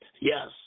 Yes